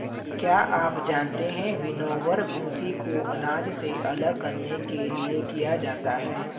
क्या आप जानते है विनोवर, भूंसी को अनाज से अलग करने के लिए किया जाता है?